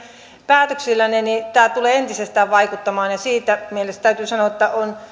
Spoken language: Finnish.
päätöksillänne tämä tulee entisestään vaikeutumaan ja siinä mielessä täytyy sanoa että